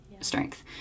strength